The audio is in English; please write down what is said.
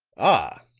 ah,